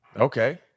Okay